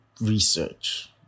research